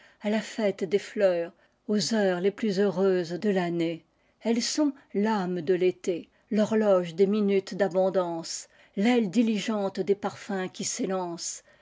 à la fête des fleurs aux heures les plus heureuses de tannée elles sont tâme de tété thorloge des minutes d abpndance taile diligente dos parfums qui s'élancent